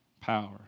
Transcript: power